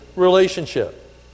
relationship